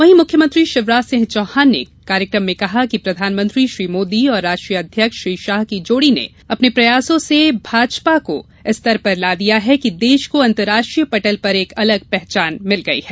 वहीं मुख्यमंत्री शिवराज सिंह चौहान ने कार्यक्रम में कहा कि प्रधानमंत्री श्री मोदी और राष्ट्रीय अध्यक्ष श्री शाह की जोड़ी के प्रयासो से भाजपा ने देश को अंतर्राष्ट्रीय पटल पर एक अलग पहचान दिलाई है